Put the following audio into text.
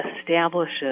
establishes